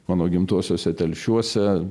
mano gimtuosiuose telšiuose